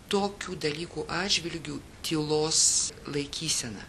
tokių dalykų atžvilgiu tylos laikysena